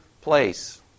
place